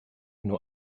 nur